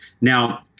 Now